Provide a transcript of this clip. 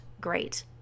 great